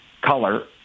color